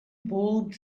pulled